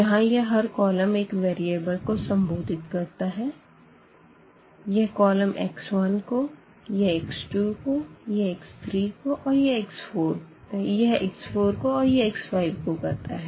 यहाँ यह हर कॉलम एक वेरिएबल को संबोधित करता है यह कॉलम x1को यह x2को यह x3को यह x4को और यह x5को करता है